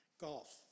golf